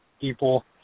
people